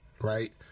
right